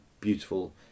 beautiful